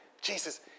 Jesus